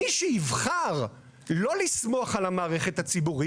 מי שיבחר לא לסמוך על המערכת הציבורית,